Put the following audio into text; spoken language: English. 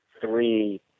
three